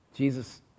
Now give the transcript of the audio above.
Jesus